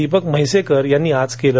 दीपक म्हैसेकर यांनी आज केलं